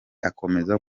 agakomeza